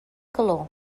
calor